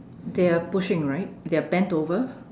they are pushing right they are bent over